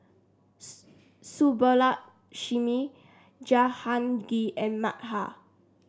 Subbulakshmi Jahangir and Medha